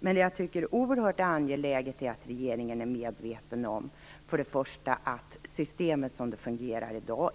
Jag tycker att det är oerhört angeläget att regeringen är medveten om att för det första är systemet som det fungerar i dag